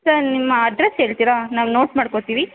sir ನಿಮ್ಮ address ಹೇಳ್ತೀರ ನಾವು ನೋಟ್ ಮಾಡ್ಕೋತೀವಿ